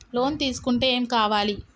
Loan తీసుకుంటే ఏం కావాలి?